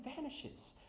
vanishes